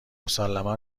مسلما